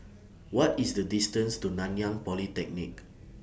What IS The distance to Nanyang Polytechnic